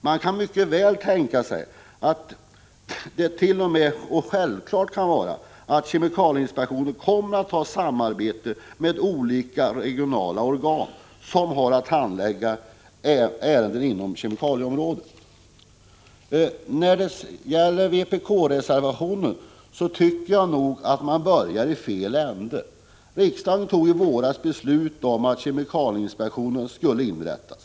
Man kan mycket väl tänka sig — det kan t.o.m. synas självklart — att kemikalieinspektionen kommer att samarbeta med olika regionala organ som har att handlägga ärenden inom kemikalieområdet. Vad så gäller vpk-reservationen tycker jag nog att man börjar i fel ände. Riksdagen beslöt i våras att kemikalieinspektionen skulle inrättas.